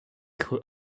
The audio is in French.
creux